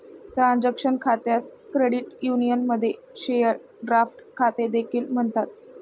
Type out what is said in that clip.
transaction खात्यास credit युनियनमध्ये share draft खाते देखील म्हणतात